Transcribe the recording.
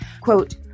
quote